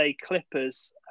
Clippers